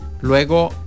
Luego